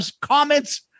comments